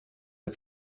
der